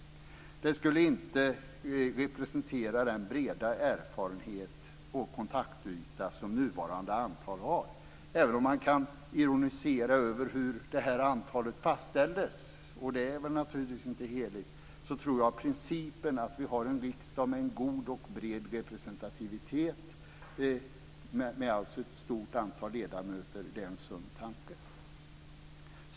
Ett mindre antal skulle inte representera den breda erfarenhet och kontaktyta som nuvarande antal gör. Även om man kan ironisera över hur detta antal fastställdes - och det är naturligtvis inte heligt - så tror jag att principen att vi har en riksdag med en god och bred representativitet och ett stort antal ledamöter är en sund tanke.